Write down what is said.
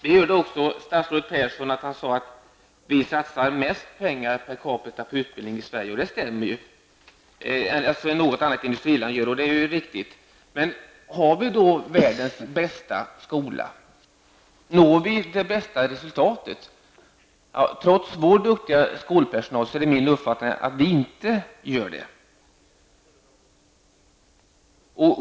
Statsrådet Persson sade också att man i Sverige satsar mest pengar per capita på utbildning än något annat industriland. Det är riktigt. Har vi då världens bästa skola? Når vi det bästa resultatet? Trots vår duktiga personal är det min uppfattning att vi inte gör det.